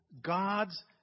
God's